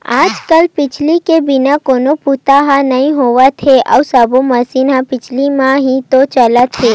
आज कल बिजली के बिना कोनो बूता ह नइ होवत हे अउ सब्बो मसीन ह बिजली म ही तो चलत हे